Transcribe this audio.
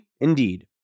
Indeed